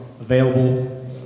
available